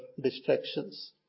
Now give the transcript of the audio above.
distractions